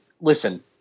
listen